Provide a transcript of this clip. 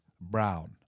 Brown